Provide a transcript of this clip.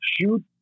shoot